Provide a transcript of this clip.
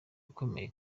ukomeye